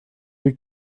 you